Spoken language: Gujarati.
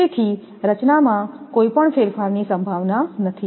તેથી રચનામાં કોઈપણ ફેરફારની સંભાવના નથી